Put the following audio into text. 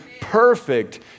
perfect